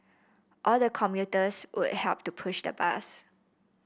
all the commuters would help to push the bus